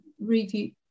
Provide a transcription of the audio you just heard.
review